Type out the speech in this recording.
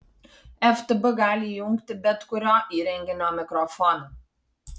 ftb gali įjungti bet kurio įrenginio mikrofoną